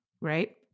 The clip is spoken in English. right